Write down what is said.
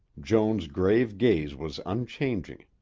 joan's grave gaze was unchanging.